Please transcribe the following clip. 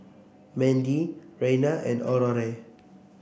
Mandie Reyna and Aurore